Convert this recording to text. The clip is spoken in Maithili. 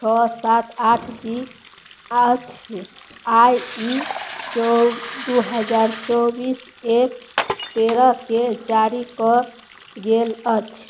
छओ सात आठ जी अछि आओर ई चौ दुइ हजार चौबिस एक तेरहकेँ जारी कएल गेल अछि